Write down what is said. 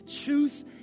truth